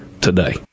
today